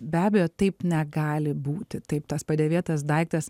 be abejo taip negali būti taip tas padėvėtas daiktas